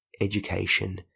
education